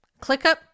ClickUp